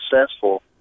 successful